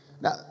Now